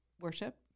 worship